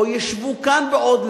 או ישבו כאן בעוד,